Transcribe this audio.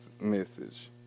message